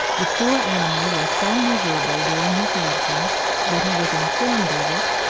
the poor animal was so miserable during his absence, that he was informed of it,